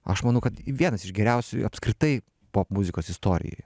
aš manau kad vienas iš geriausiųjų apskritai popmuzikos istorijoj